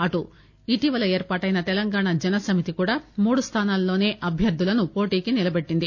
అటు ఇటీవల ఏర్పాటైన తెలంగాణ జనసమితి కూడా మూడు స్థానాల్లోనే అభ్యర్థులను పోటీకి నిలబెట్టింది